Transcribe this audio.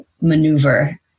maneuver